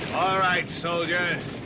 alright, soldiers!